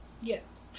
Yes